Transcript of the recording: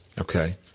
okay